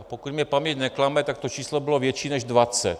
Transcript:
Pokud mne paměť neklame, to číslo bylo větší než dvacet.